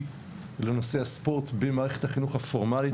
לנושא הספורט במערכת החינוך הפורמלית.